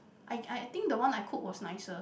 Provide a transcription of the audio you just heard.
I I think the one I cooked was nicer